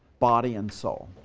body, and soul.